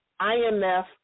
IMF